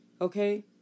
Okay